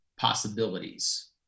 possibilities